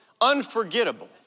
unforgettable